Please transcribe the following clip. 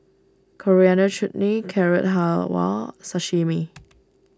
Coriander Chutney Carrot Halwa Sashimi